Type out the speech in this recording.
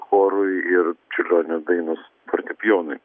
chorui ir čiurlionio dainos fortepijonui